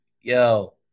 Yo